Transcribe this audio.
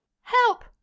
Help